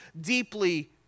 deeply